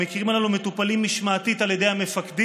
המקרים הללו מטופלים משמעתית על ידי המפקדים,